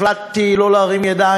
החלטתי לא להרים ידיים,